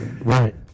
right